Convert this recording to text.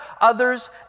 others